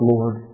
Lord